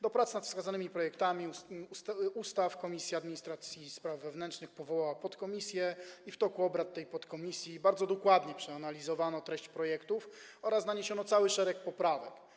Do prac nad wskazanymi projektami ustaw Komisja Administracji i Spraw Wewnętrznych powołała podkomisję i w toku obrad tej podkomisji bardzo dokładnie przeanalizowano treść projektów oraz naniesiono cały szereg poprawek.